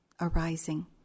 arising